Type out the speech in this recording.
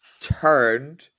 turned